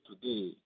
today